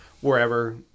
wherever